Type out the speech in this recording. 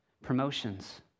promotions